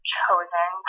chosen